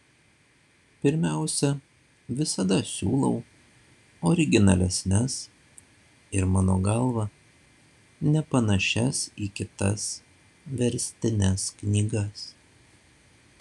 pirmiausia visada siūlau originalesnes ir mano galva nepanašias į kitas verstines knygas